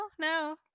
no